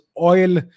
oil